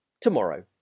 tomorrow